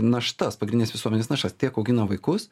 naštas pagrindes visuomenės naštas tiek augina vaikus